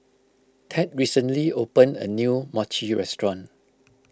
Tad recently opened a new Mochi restaurant